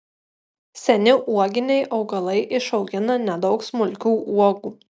seni uoginiai augalai išaugina nedaug smulkių uogų